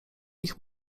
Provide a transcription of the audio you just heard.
ich